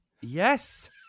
Yes